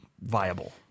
viable